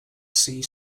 see